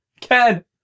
Ken